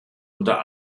unter